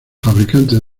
fabricantes